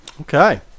Okay